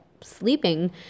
sleeping